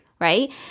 right